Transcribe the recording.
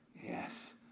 Yes